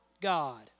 God